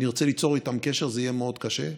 נרצה ליצור איתם קשר זה יהיה מאוד קשה.